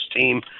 team